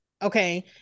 Okay